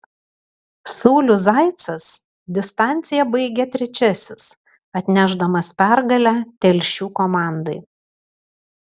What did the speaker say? saulius zaicas distanciją baigė trečiasis atnešdamas pergalę telšių komandai